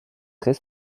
très